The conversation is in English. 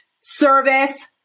service